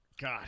God